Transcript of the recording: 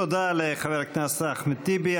תודה לחבר הכנסת אחמד טיבי.